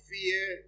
fear